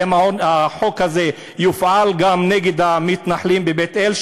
האם החוק הזה יופעל גם נגד המתנחלים בבית-אל?